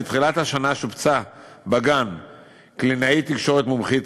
מתחילת השנה שובצה בגן קלינאית תקשורת מומחית,